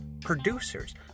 producers